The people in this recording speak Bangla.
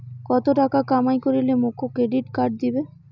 কত টাকা কামাই করিলে মোক ক্রেডিট কার্ড দিবে?